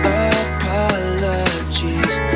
apologies